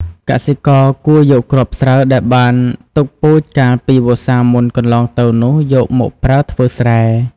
កសិករគួរយកគ្រាប់ស្រូបដែលបានទុកពូជកាលពីវស្សាមុនកន្លងទៅនោះយកមកប្រើធ្វើស្រែ។